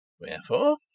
Wherefore